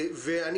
תודה.